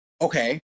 Okay